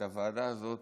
את הוועדה הזאת.